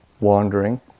wandering